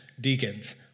deacons